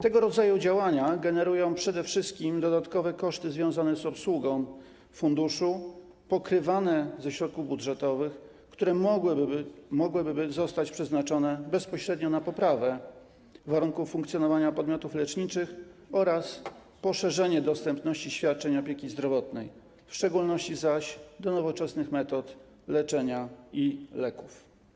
Tego rodzaju działania generują przede wszystkim dodatkowe koszty związane z obsługą funduszu, pokrywane ze środków budżetowych, które mogłyby zostać przeznaczone bezpośrednio na poprawę warunków funkcjonowania podmiotów leczniczych oraz poszerzenie dostępności świadczeń opieki zdrowotnej, w szczególności zaś nowoczesnych metod leczenia i leków.